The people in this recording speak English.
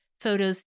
photos